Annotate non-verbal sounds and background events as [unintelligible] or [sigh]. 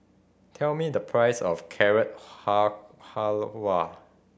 tell me the price of Carrot [unintelligible] Halwa